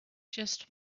just